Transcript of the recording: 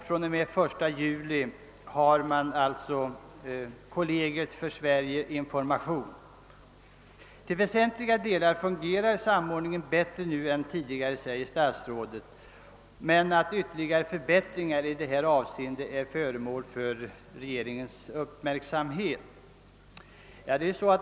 fr.o.m. den 1 juli har man alltså kollegiet för Sverige-information i utlandet. Till väsentliga delar fungerar samordningen bättre nu än tidigare, säger statsrådet, men frågan om ytterligare förbättringar i dessa avseenden är föremål för regeringens uppmärksamhet.